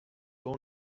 own